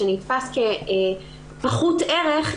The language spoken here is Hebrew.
שנתפס כפחות ערך,